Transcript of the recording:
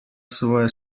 svoje